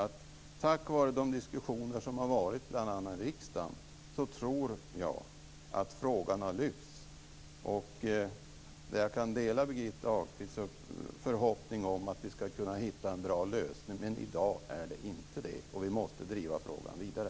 Tack vare de diskussioner som har varit bl.a. i riksdagen tror jag att frågan har lyfts. Jag kan dela Birgitta Ahlqvists förhoppning om att vi skall kunna hitta en bra lösning. Men i dag är lösningen inte bra, och vi måste driva frågan vidare.